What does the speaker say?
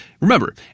Remember